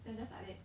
then just like that